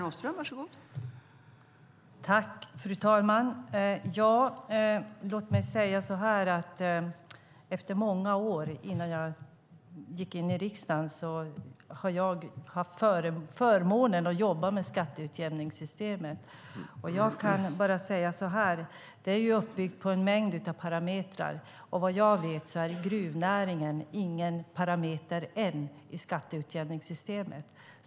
Fru talman! Låt mig säga så här: Under många år innan jag kom in i riksdagen hade jag förmånen att jobba med skatteutjämningssystemet. Det är uppbyggt på en mängd av parametrar. Vad jag vet är gruvnäringen ännu ingen parameter i skatteutjämningssystemet.